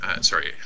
sorry